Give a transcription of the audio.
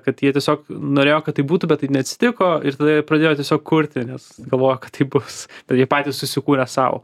kad jie tiesiog norėjo kad taip būtų bet taip neatsitiko ir tada jie pradėjo tiesiog kurti nes galvojo kad tai bus ir jie patys susikūrė sau